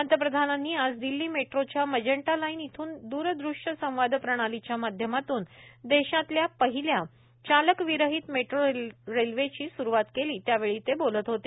पंतप्रधानांनी आज दिल्ली मेट्रोच्या मजेंटा लाइन इथून द्रदृश्य संवाद प्रणालीच्या माध्यमातून देशातल्या पहिल्या चालकविरहित मेट्रो रेल्वेची स्रुवात केली त्यावेळी ते बोलत होते